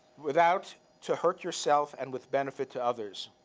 without to hurt yourself and with benefit to others.